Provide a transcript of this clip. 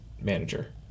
manager